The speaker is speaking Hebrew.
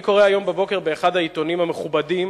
אני קורא הבוקר באחד העיתונים המכובדים